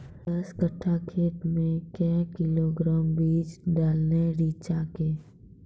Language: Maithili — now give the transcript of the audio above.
दस कट्ठा खेत मे क्या किलोग्राम बीज डालने रिचा के?